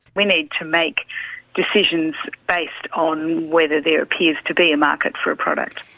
we need to make decisions based on whether there appears to be a market for a product.